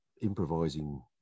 improvising